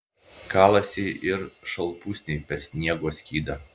kalasi ir šalpusniai per sniego skydą